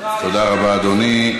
תודה רבה, אדוני.